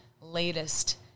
latest